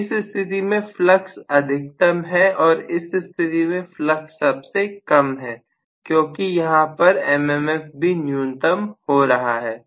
तो इस स्थिति में फ्लक्स अधिकतम है और इस स्थिति में फलक्स सबसे कम है क्योंकि यहां पर mmf भी न्यूनतम हो रहा है